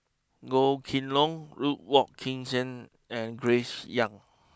Goh Kheng long Ruth Wong Hie King and Grace young